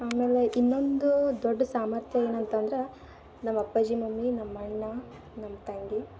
ಆಮೇಲೆ ಇನ್ನೊಂದು ದೊಡ್ಡ ಸಾಮರ್ಥ್ಯ ಏನಂತಂದ್ರೆ ನಮ್ಮ ಅಪ್ಪಾಜಿ ಮಮ್ಮಿ ನಮ್ಮ ಅಣ್ಣ ನಮ್ಮ ತಂಗಿ